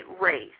race